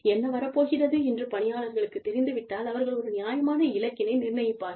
என்ன வரப் போகிறது என்று பணியாளர்களுக்குத் தெரிந்து விட்டால் அவர்கள் ஒரு நியாயமான இலக்கினை நிர்ணயிப்பார்கள்